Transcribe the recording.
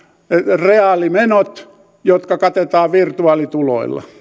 reaalimenot jotka katetaan virtuaalituloilla